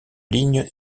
ligne